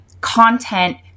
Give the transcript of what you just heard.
content